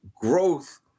growth